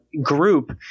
Group